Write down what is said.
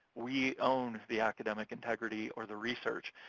we own the academic integrity or the research.